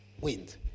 wind